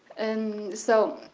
and so,